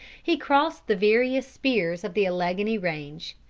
he crossed the various speers of the alleghany range,